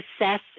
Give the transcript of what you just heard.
assess